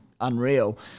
unreal